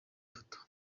foto